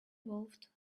wolfed